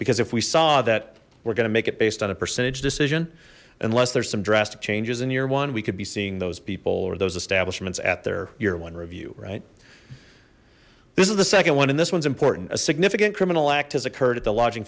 because if we saw that we're gonna make it based on a percentage decision unless there's some drastic changes in year one we could be seeing those people or those establishments at their year one review right this is the second one in this one's important a significant criminal act has occurred at the lodgi